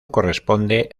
corresponde